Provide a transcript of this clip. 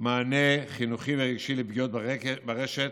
מענה חינוכי ורגשי לפגיעות ברשת,